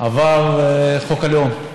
עבר חוק הלאום.